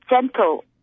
gentle